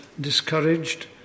discouraged